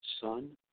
son